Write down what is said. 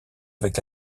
avec